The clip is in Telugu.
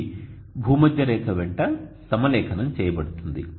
ఇది భూమధ్యరేఖ వెంట సమలేఖనం చేయబడుతుంది